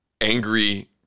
angry